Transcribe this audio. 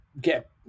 get